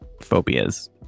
phobias